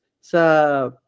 sa